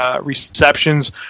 receptions